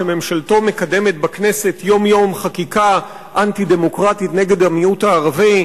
שממשלתו מקדמת בכנסת יום-יום חקיקה אנטי-דמוקרטית נגד המיעוט הערבי,